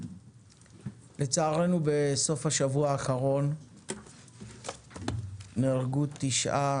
לצערנו, בסוף השבוע האחרון נהרגו תשעה